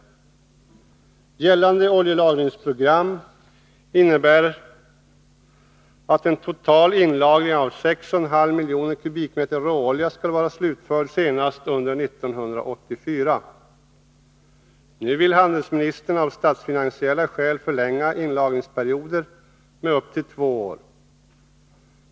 Gällande oljelagringsprogram innebär att en total inlagring av 6,5 miljoner kubikmeter råolja skulle vara slutförd senast under 1984. Nu vill handelsministern av statsfinansiella skäl förlänga inlagringsperioden med upp till två år.